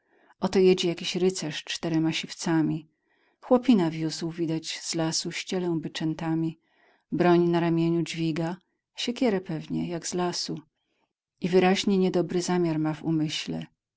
oto jedzie jakiś rycerz czterema siwcami chłopina wiózł widać z lasu ścielę byczętami broń na ramieniu dźwiga siekierę pewnie jak z lasu i wyraźnie niedobry zamiar ma w umyśle